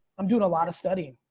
i'm doing a lot of studying.